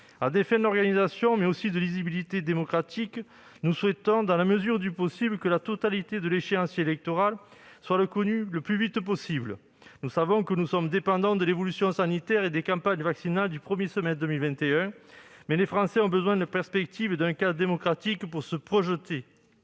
À des fins d'organisation mais aussi de lisibilité démocratique, nous souhaitons, dans la mesure du possible, que la totalité de l'échéancier électoral soit connue le plus vite possible. Nous savons que nous sommes dépendants de l'évolution sanitaire et des campagnes vaccinales du premier semestre 2021, mais les Français ont besoin de perspectives et d'un cadre démocratique pour se projeter.